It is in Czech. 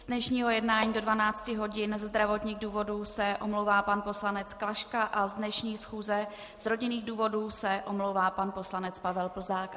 Z dnešního jednání do 12 hodin ze zdravotních důvodů se omlouvá pan poslanec Klaška a z dnešní schůze z rodinných důvodů se omlouvá pan poslanec Pavel Plzák.